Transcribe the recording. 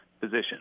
position